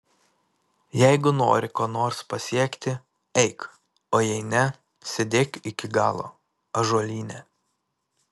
jeigu nori ko nors pasiekti eik o jei ne sėdėk iki galo ąžuolyne